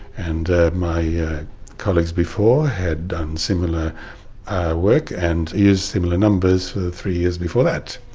and my colleagues before had done similar work and used similar numbers for three years before that.